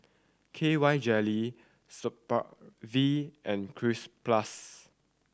K Y Jelly Supravit and Cleanz Plus